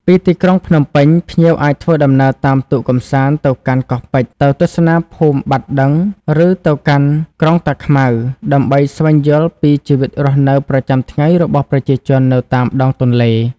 ពីទីក្រុងភ្នំពេញ ភ្ញៀវអាចធ្វើដំណើរតាមទូកកម្សាន្តទៅកាន់កោះពេជ្រ ទៅទស្សនាភូមិបាត់ដឹង ឬទៅកាន់ក្រុងតាខ្មៅ ដើម្បីស្វែងយល់ពីជីវិតរស់នៅប្រចាំថ្ងៃរបស់ប្រជាជននៅតាមដងទន្លេ។